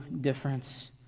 difference